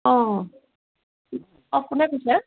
অঁ অঁ কোনে কৈছে